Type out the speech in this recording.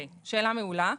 שאלה מעולה.